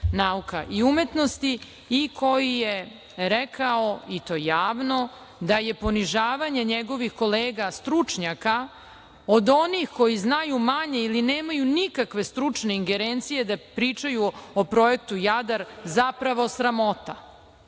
član SANU, i koji je rekao, i to javno, da je ponižavanje njegovih kolega stručnjaka, od onih koji znaju manje ili nemaju nikakve stručne ingerencije da pričaju o projektu Jadar, zapravo sramota. Znači,